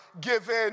given